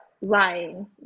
lying